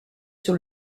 sur